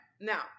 Now